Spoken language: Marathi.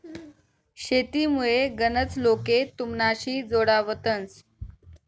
शेतीमुये गनच लोके तुमनाशी जोडावतंस